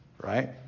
right